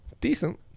Decent